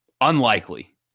unlikely